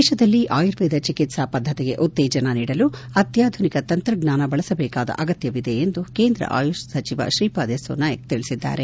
ದೇಶದಲ್ಲಿ ಆಯುರ್ವೇದ ಚಿಕಿತ್ಸಾ ಪದ್ಧತಿಗೆ ಉತ್ತೇಜನ ನೀಡಲು ಅತ್ಯಾಧುನಿಕ ತಂತ್ರಜ್ಞಾನ ಬಳಸಬೇಕಾದ ಅಗತ್ಯವಿದೆ ಎಂದು ಕೇಂದ್ರ ಆಯುಷ್ ಸಚಿವ ಶ್ರೀಪಾದ್ ಯೆಸ್ಲೊ ನಾಯಕ್ ತಿಳಿಸಿದ್ದಾರೆ